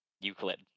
Euclid